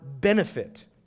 benefit